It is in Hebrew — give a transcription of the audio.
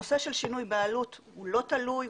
הנושא של שינוי בעלות הוא לא תלוי,